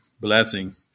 blessing